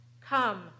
Come